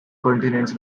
continents